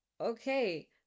okay